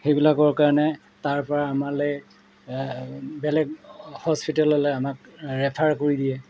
সেইবিলাকৰ কাৰণে তাৰপৰা আমালৈ বেলেগ হস্পিতেললৈ আমাক ৰেফাৰ কৰি দিয়ে